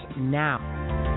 now